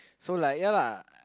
so like ya lah